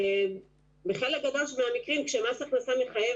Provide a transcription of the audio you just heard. בחלק גדול מהמקרים כשמס הכנסה מחייב